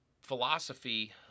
philosophy